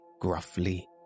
gruffly